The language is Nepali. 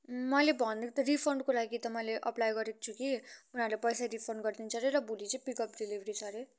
मैले भनेको त रिफन्डको लागि त मैले अप्लाई गरेको छु कि उनीहरूले पैसा रिफन्ड गरिदिन्छ रे र भोलि चाहिँ पिकअप डेलिभरी छ रे